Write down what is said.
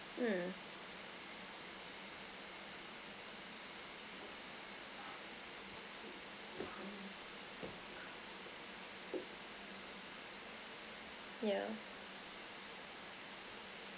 mm yeah